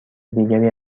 دیگری